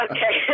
Okay